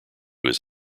his